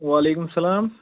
وعلیکُم سَلام